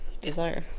Desire